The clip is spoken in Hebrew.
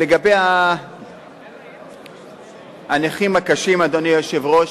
לגבי הנכים הקשים, אדוני היושב-ראש,